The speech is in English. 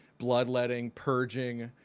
bloodletting, purging,